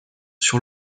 sur